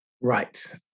Right